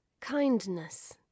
kindness